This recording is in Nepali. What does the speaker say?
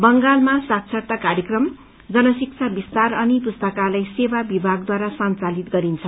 बंगालमा साक्षरता कार्यक्रम जन शिक्षा विस्तार अनि पुस्तकालय सेवा विभागद्वारा संचालित गरिन्छ